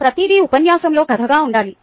ప్రతిదీ ఉపన్యాసంలో కథగా ఉండాలి